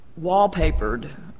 wallpapered